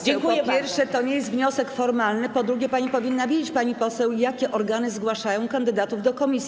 Pani poseł, po pierwsze, to nie jest wniosek formalny, po drugie, pani powinna wiedzieć, pani poseł, jakie organy zgłaszają kandydatów do komisji.